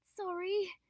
sorry